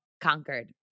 conquered